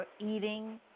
eating